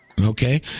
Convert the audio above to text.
Okay